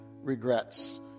regrets